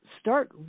Start